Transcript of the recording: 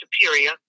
superior